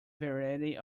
variety